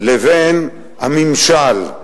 לבין הממשל,